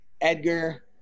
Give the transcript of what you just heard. Edgar